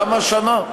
לָמה שנה?